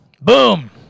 Boom